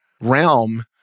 realm